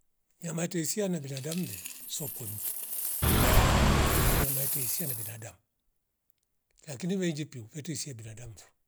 Yamate isia na binadamu mle sokwe mtu, terikula maite isia na binadamu lakini weili pio vyete isia binadamu fo